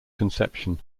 conception